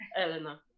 Elena